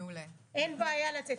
אין בעיה לצאת.